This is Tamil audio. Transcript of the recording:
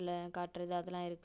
காட்டுறது அதெல்லாம் இருக்காது